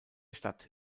stadt